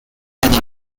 other